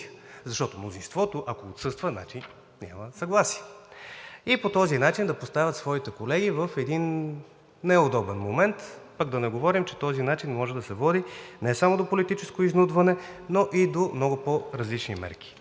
мнозинството, значи, че няма съгласие. По този начин те поставят своите колеги в един неудобен момент, а пък да не говорим, че този начин може да води не само до политическо изнудване, но и до много по-различни мерки.